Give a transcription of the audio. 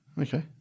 Okay